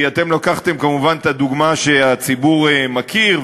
כי אתם לקחתם כמובן את הדוגמה שהציבור מכיר,